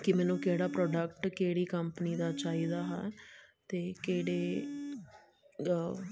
ਕਿ ਮੈਨੂੰ ਕਿਹੜਾ ਪ੍ਰੋਡਕਟ ਕਿਹੜੀ ਕੰਪਨੀ ਦਾ ਚਾਹੀਦਾ ਹੈ ਅਤੇ ਕਿਹੜੇ ਗਾ